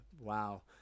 wow